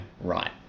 right